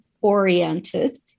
oriented